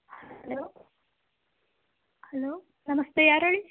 hello hello ನಮಸ್ತೆ ಯಾರು ಹೇಳಿ